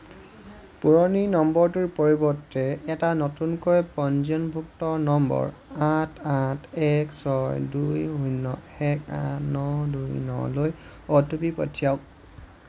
পুৰণি নম্বৰটোৰ পৰিৱৰ্তে এটা নতুনকৈ পঞ্জীয়নভুক্ত নম্বৰ আঠ আঠ এক ছয় দুই শূন্য এক আঠ ন দুই নলৈ অ' টি পি পঠিয়াওক